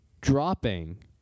dropping